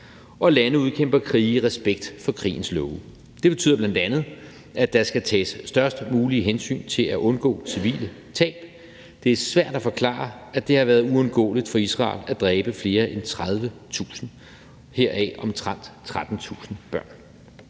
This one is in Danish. og lande udkæmper krige i respekt for krigens love. Det betyder bl.a., at der skal tages størst mulige hensyn for at indgå civile tab. Det er svært at forklare, at det har været uundgåeligt for Israel at dræbe mere end 30.000, heraf omtrent 13.000 børn.